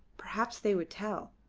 perhaps they would tell.